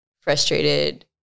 frustrated